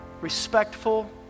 respectful